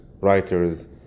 writers